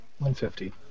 150